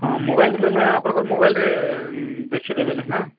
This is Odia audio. ହଁ ମୋବାଇଲ୍ରେ ହେଲା ଆପଣଙ୍କ ମୋବାଇଲ୍ରେ ଦେଖି ଦେବେ ହେଲେ ନା